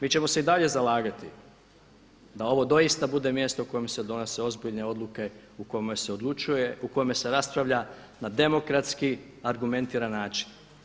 Mi ćemo se i dalje zalagati da ovo doista bude mjesto u kojem se donose ozbiljne odluke u kojima se odlučuje, u kojima se raspravlja na demokratski, argumentiran način.